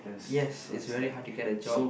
yes it's very hard to get a job